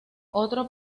otro